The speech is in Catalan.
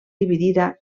dividida